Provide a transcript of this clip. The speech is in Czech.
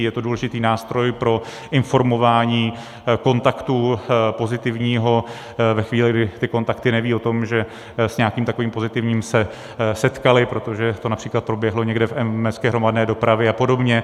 Je to důležitý nástroj pro informování kontaktů pozitivního ve chvíli, kdy ty kontakty nevědí o tom, že s nějakým takovým pozitivním se setkaly, protože to například proběhlo někde v městské hromadné dopravě a podobně.